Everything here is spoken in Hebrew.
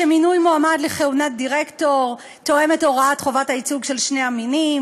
שמינוי מועמד לכהונת דירקטור תואם את הוראת חובת הייצוג של שני המינים,